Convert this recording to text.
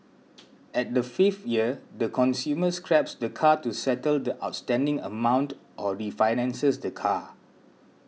at the fifth year the consumer scraps the car to settle the outstanding amount or refinances the car